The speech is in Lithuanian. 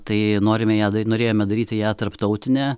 tai norime ją norėjome daryti ją tarptautinę